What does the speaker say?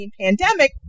pandemic